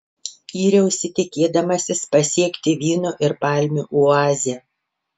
yriausi tikėdamasis pasiekti vyno ir palmių oazę